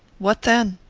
what then?